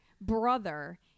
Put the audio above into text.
brother